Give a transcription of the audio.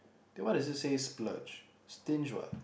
then why does it say splurge stinge what